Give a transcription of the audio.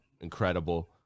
incredible